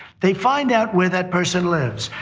they find out where that person lives.